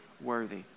worthy